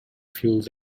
fuels